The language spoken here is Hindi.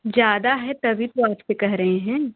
ज़्यादा है तभी तो आपसे कह रहे हैं